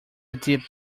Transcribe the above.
deep